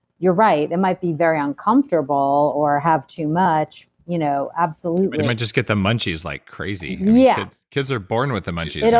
you're right, it might be very uncomfortable or have too much. you know absolutely. they might just get the munchies like crazy. yeah. kids are born with the munches. you know